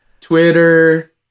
Twitter